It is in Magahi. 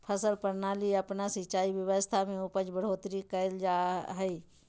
फसल प्रणाली अपना के सिंचाई व्यवस्था में उपज बढ़ोतरी करल जा हइ